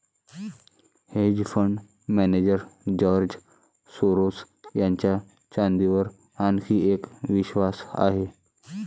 hedge fund manager George Soros यांचा चांदीवर आणखी एक विश्वास आहे